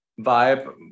vibe